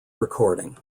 recording